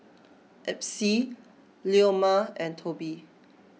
Epsie Leoma and Tobi